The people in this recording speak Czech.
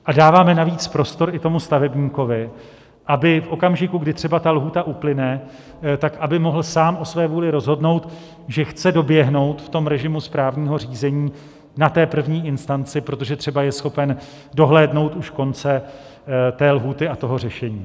Dáváme navíc prostor i stavebníkovi, aby v okamžiku, kdy třeba ta lhůta uplyne, tak aby mohl sám o své vůli rozhodnout, že chce doběhnout v režimu správního řízení na té první instanci, protože třeba je schopen dohlédnout už konce té lhůty a toho řešení.